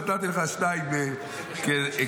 נתתי לך שתיים כאנקדוטה.